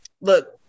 look